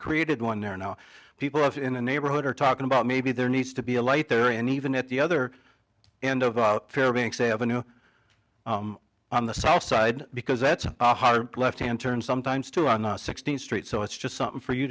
created one there are no people up in the neighborhood are talking about maybe there needs to be a light there in even at the other end of fairbanks avenue on the south side because that's a hard left hand turn sometimes too on the sixteenth street so it's just something for you